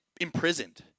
imprisoned